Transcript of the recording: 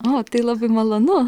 o tai labai malonu